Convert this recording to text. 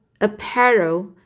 apparel